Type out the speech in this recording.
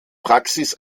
praxis